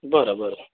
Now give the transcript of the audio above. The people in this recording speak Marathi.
बरं बरं